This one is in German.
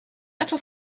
etwas